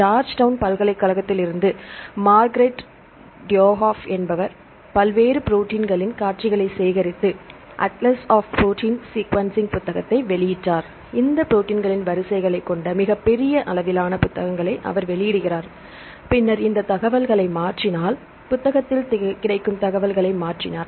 Georgetown பல்கலைக்கழகத்திலிருந்து Margaret Dayhoff என்பவர் பல்வேறு ப்ரோடீன்களின் காட்சிகளை சேகரித்து அட்லஸ் ஆஃப் புரோட்டீன் சீக்வென்ஸின் புத்தகத்தை வெளியிட்டார் இந்த ப்ரோடீன்களின் வரிசைகளைக் கொண்ட மிகப் பெரிய அளவிலான புத்தகங்களை அவர் வெளியிடுகிறார் பின்னர் இந்த தகவலை மாற்றினால் புத்தகத்தில் கிடைக்கும் தகவல்களை மாற்றினார்